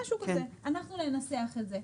אנחנו ננסח את זה.